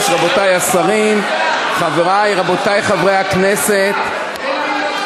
חבר הכנסת זחאלקה,